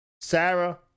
Sarah